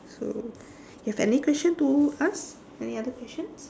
so you have any question to ask any other questions